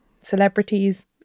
celebrities